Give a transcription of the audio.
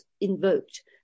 invoked